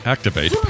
Activate